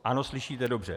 Ano, slyšíte dobře.